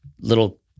little